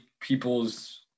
people's